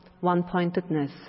one-pointedness